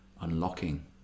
unlocking